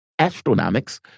Astronomics